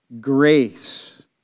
grace